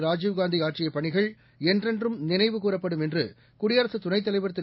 ராஜீவ்காந்திஆற்றியபணிகள் என்றென்றும் நினைவுகூரப்படும் என்றுகுடியரசுதுணைத் தலைவர் திரு